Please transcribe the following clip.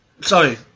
sorry